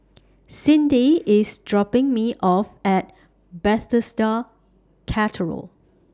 Cindi IS dropping Me off At Bethesda Cathedral